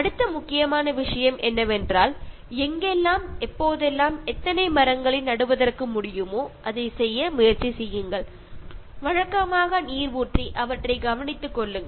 அடுத்த முக்கியமான விஷயம் என்னவென்றால் எங்கெல்லாம் எப்போதெல்லாம் எத்தனை மரங்களை நடுவதற்கு முடியுமோ அதை செய்ய முயற்சி செய்யுங்கள் வழக்கமாக நீர் ஊற்றி அவற்றைக் கவனித்துக் கொள்ளுங்கள்